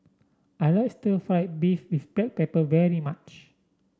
I like stir fry beef with Black Pepper very much